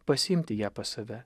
pasiimti ją pas save